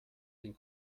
den